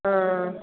हँ